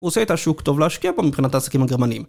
הוא עושה את השוק טוב להשקיע בו מבחינת העסקים הגרמנים